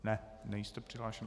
Ne, nejste přihlášen.